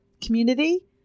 community